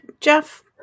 Jeff